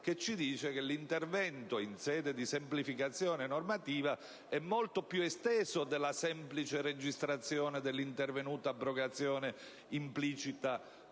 prevede che l'intervento in sede di semplificazione normativa sia molto più esteso della semplice registrazione dell'intervenuta abrogazione, implicita